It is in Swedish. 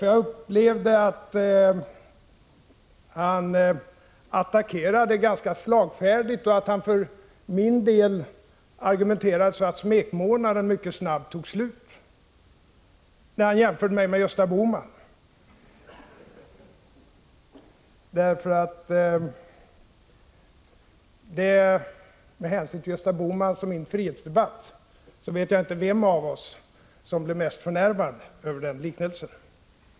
Jag upplevde att Ulf Adelsohn attackerade ganska slagfärdigt och att han för min del argumenterade så att smekmånaden mycket snabbt tog slut när han jämförde mig med Gösta Bohman. Med hänsyn till den frihetsdebatt Gösta Bohman och jag har fört är frågan vem av oss som blev mest förnärmad över den liknelsen.